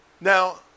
Now